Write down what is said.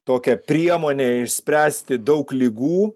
tokią priemonę išspręsti daug ligų